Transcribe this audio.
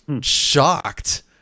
shocked